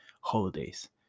holidays